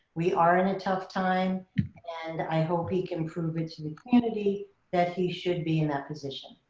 we are in a tough time and i hope he can prove it to the community that he should be in that position.